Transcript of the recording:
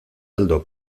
aldo